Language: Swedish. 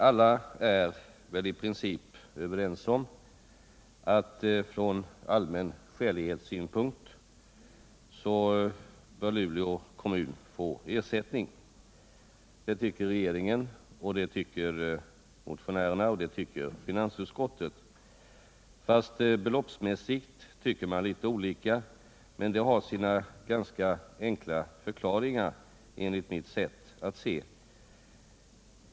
Alla är väl i princip överens om att från allmän skälighetssynpunkt bör Luleå kommun få ersättning. Det tycker regeringen, det tycker motionärerna, och det tycker finansutskottet. Fast beloppsmässigt tycker man litet olika, men det har sina ganska enkla förklaringar, enligt mitt sätt att se.